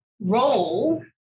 role